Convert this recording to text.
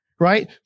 right